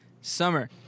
Summer